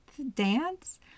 dance